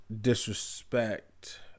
disrespect